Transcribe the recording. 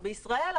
בישראל,